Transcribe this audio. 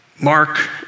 Mark